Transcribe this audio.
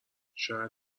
شاید